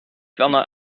werner